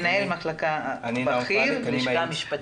מנהל מחלקה בכיר בלשכה המשפטית.